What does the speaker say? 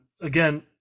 again